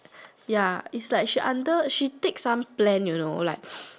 ya is like she under she take some plan you know like